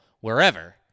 wherever